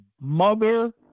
Mother